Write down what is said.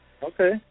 Okay